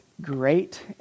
great